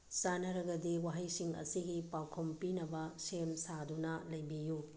ꯆꯥꯟꯅꯔꯒꯗꯤ ꯋꯥꯍꯩꯁꯤꯡ ꯑꯁꯤꯒꯤ ꯄꯥꯎꯈꯨꯝ ꯄꯤꯅꯕ ꯁꯦꯝ ꯁꯥꯗꯨꯅ ꯂꯩꯕꯤꯌꯨ